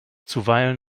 zuweilen